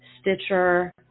stitcher